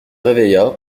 réveilla